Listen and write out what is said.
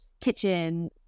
kitchen